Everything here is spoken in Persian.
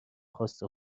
خواست